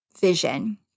vision